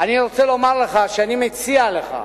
אני רוצה לומר לך שאני מציע לך,